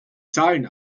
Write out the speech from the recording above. zahlen